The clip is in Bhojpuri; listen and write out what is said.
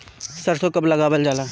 सरसो कब लगावल जाला?